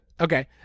okay